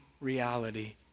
reality